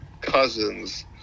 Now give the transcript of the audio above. Cousins